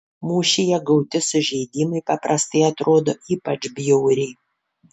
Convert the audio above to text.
mūšyje gauti sužeidimai paprastai atrodo ypač bjauriai